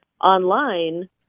online